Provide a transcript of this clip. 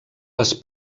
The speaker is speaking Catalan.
les